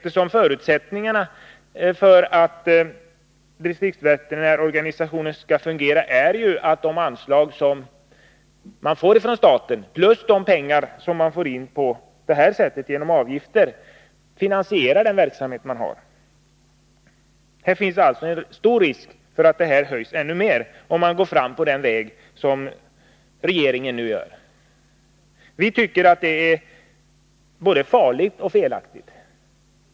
En förutsättning för att distriktsveterinärsorganisationen skall fungera är ju att de anslag som man får från staten plus de pengar som man får in genom avgifter finansierar den verksamhet man har. Det finns alltså en stor risk för att avgiften höjs ännu mer, om man går fram på den väg som regeringen nu har valt. Vi tycker att det är både farligt och felaktigt.